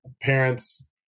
parents